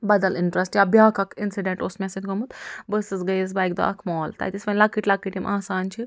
بدل اِنٹٕرٛسٹہٕ یا بیٛاکھ اَکھ اِنسِڈیٚنٛٹ اوس مےٚ سۭتۍ گوٚمُت بہٕ ٲسٕس گٔیَس بہٕ اَکہِ دۄہ اکھ مال تَتہِ ٲسۍ وۄنۍ لۄکٔٹۍ لۄکٔٹۍ یِم آسان چھِ